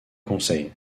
conseil